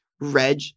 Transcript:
Reg